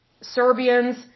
Serbians